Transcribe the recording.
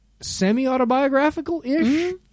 semi-autobiographical-ish